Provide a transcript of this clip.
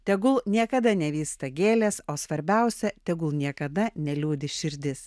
tegul niekada nevysta gėlės o svarbiausia tegul niekada neliūdi širdis